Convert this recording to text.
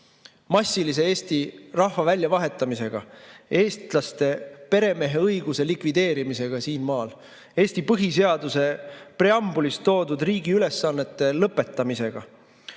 massilise eesti rahva väljavahetamisega, eestlaste peremeheõiguse likvideerimisega siin maal, Eesti põhiseaduse preambulis toodud riigi ülesannete lõpetamisega.